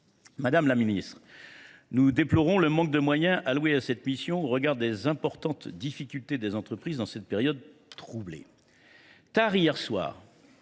Madame la ministre, nous déplorons le manque de moyens alloués à cette mission au regard des importantes difficultés des entreprises dans cette période troublée.